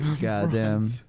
Goddamn